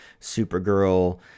Supergirl